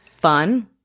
Fun